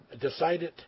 decided